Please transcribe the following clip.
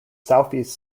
southeast